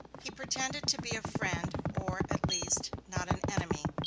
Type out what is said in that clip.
he pretended to be a friend, or, at least, not an enemy,